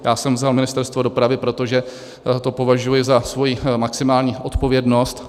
Já jsem vzal Ministerstvo dopravy, protože to považuji za svoji maximální odpovědnost.